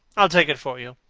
i'll take it for you.